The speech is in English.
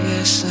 Yes